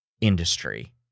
industry